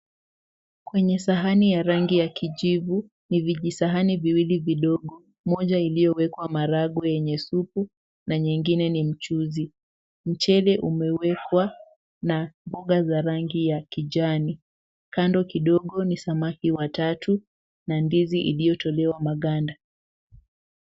Kwenye sahani ya rangi ya kijivu ni vijisani viwili vidogo, moja iliyowekwa maragwe yenye supu na nyingine ni mchuzi. Mchele umewekwa na mboga za rangi ya kijani. Kando kidogo ni samaki watatu na ndizi iliyotolewa maganda.